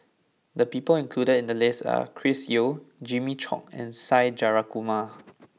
the people included in the list are Chris Yeo Jimmy Chok and Side Jayakumar